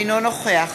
אינו נוכח